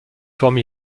forme